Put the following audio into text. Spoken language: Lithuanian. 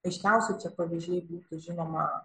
aiškiausi čia pavyzdžiai būtų žinoma